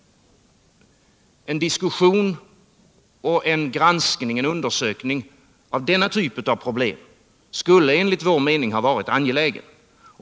En diskussion och en undersökning av denna typ av problem skulle enligt vår mening ha varit angelägen.